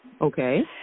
Okay